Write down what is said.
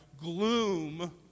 gloom